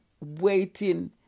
waiting